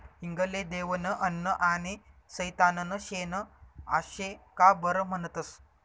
हिंग ले देवनं अन्न आनी सैताननं शेन आशे का बरं म्हनतंस?